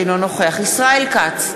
אינו נוכח ישראל כץ,